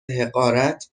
حقارت